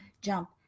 jump